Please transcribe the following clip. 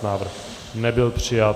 Návrh nebyl přijat.